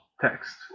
text